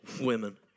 Women